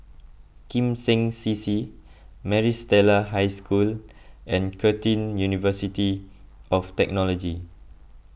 Kim Seng C C Maris Stella High School and Curtin University of Technology